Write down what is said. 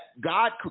God